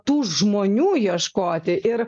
tų žmonių ieškoti ir